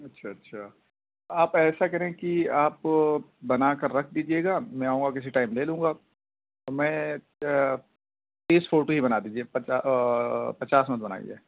اچھا اچھا آپ ایسا کریں کہ آپ بنا کر رکھ دیجیے گا میں آؤں گا کسی ٹائم لے لوں گا میں تیس فوٹو ہی بنا دیجیے پچا پچاس مت بنائیے